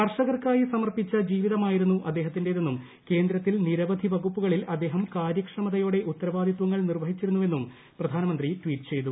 കർഷകർക്കായി സമർപ്പിച്ച ജീവിതമായിരുന്നു അദ്ദേഹത്തിന്റേതെന്നും കേന്ദ്രത്തിൽ നിരവധി വകുപ്പുകളിൽ അദ്ദേഹം കാര്യക്ഷമതയോടെ ഉത്തരവാദിത്വങ്ങൾ നിർവഹിച്ചിരുന്നുവെന്നും പ്രധാനമന്ത്രി ട്വീറ്റ് ചെയ്തു